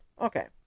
okay